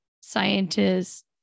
scientists